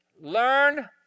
Learn